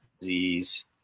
disease